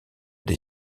des